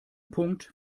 punkt